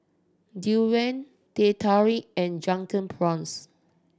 durian Teh Tarik and Drunken Prawns